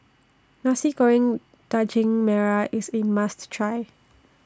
Nasi Goreng Daging Merah IS A must Try